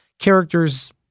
characters